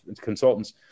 consultants